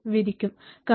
111 ohm